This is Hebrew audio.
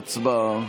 הצבעה.